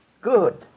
Good